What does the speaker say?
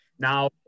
Now